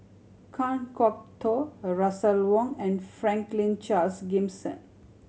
Kan Kwok Toh Russel Wong and Franklin Charles Gimson